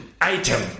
item